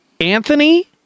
Anthony